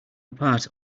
apart